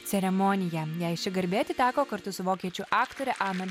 ceremoniją jai ši garbė atiteko kartu su vokiečių aktore ana